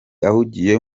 ahugiye